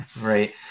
right